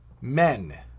men